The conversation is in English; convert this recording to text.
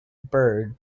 bird